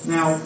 Now